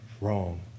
wrong